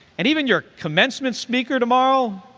and even your commencement speaker tomorrow,